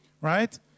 Right